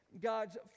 God's